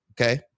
Okay